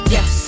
Yes